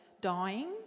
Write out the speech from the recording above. dying